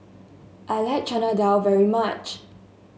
I like Chana Dal very much